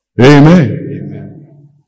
amen